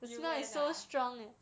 you went ah